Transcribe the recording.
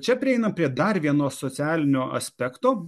čia prieinam prie dar vieno socialinio aspekto